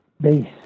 base